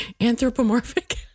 Anthropomorphic